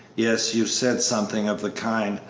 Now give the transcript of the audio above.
yes, you said something of the kind,